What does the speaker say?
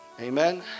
Amen